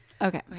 Okay